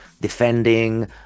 defending